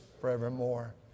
forevermore